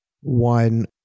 one